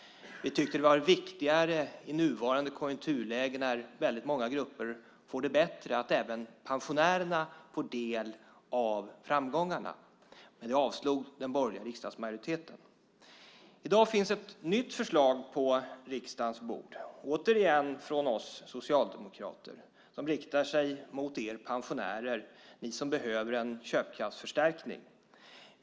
Vi tyckte att det var viktigare i nuvarande konjunkturläge när väldigt många grupper får det bättre att även pensionärerna får del av framgångarna. Men det avslog den borgerliga riksdagsmajoriteten. I dag finns det ett nytt förslag på riksdagens bord, återigen från oss socialdemokrater, som riktar sig till er pensionärer som behöver en köpkraftsförstärkning.